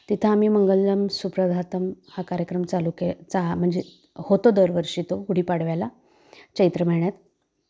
तिथं आम्ही मंगलम सुप्रभातम हा कार्यक्रम चालू केला चा म्हणजे होतो दरवर्षी तो गुढीपाडव्याला चैत्र महिन्यात